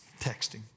Texting